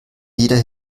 jeder